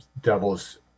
devil's